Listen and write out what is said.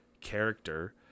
character